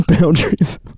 boundaries